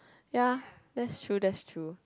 ya that's true that's true